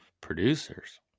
producers